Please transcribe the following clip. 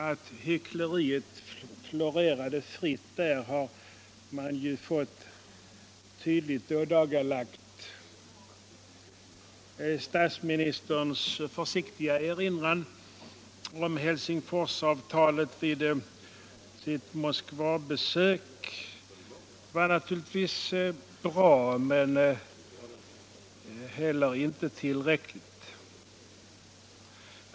Att hyckleriet flödade fritt har man fått tydligt ådagalagt. Statsministerns försiktiga erinran om Helsingforsavtalet vid sitt Moskvabesök var naturligtvis bra, men inte tillräcklig.